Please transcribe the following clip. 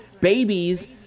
babies